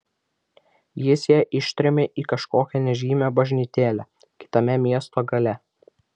jis ją ištrėmė į kažkokią nežymią bažnytėlę kitame miesto gale